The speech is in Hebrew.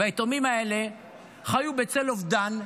והיתומים האלה חיו בצל אובדן,